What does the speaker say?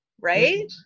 right